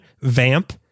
Vamp